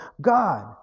God